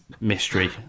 mystery